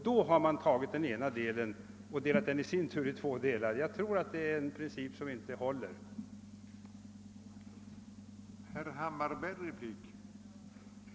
Då har man tagit den ena delen av den och delat den i sin tur i två delar. Den ena har förts till JB, den andra till JBP. Principen håller alltså inte.